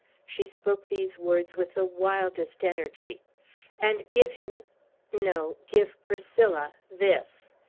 she spoke these words with the wildest energy and give him no, give priscilla this!